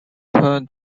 their